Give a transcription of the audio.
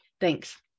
Thanks